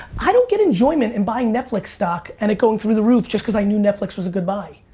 i don't get enjoyment in buying netflix stock and it going through the roof just cause i knew netflix was a good buy.